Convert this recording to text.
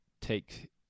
take